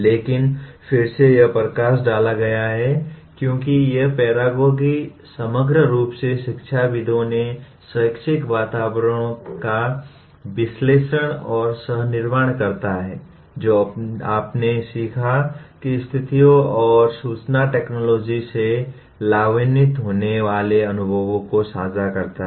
लेकिन फिर से यह प्रकाश डाला गया है क्योंकि यह पैरागोगी समग्र रूप से शिक्षाविदों ने शैक्षिक वातावरण का विश्लेषण और सह निर्माण करता है जो अपने सीखने की स्थितियों और सूचना टेक्नोलॉजी से लाभान्वित होने वाले अनुभवों को साझा करते हैं